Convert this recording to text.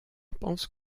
pense